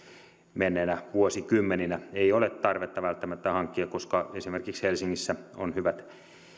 menneinä vuosikymmeninä ei ole tarvetta välttämättä hankkia koska esimerkiksi helsingissä on hyvät